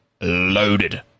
loaded